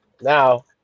Now